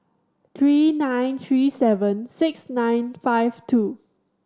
three nine three seven six nine five two